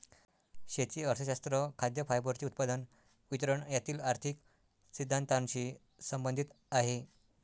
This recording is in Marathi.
शेती अर्थशास्त्र खाद्य, फायबरचे उत्पादन, वितरण यातील आर्थिक सिद्धांतानशी संबंधित आहे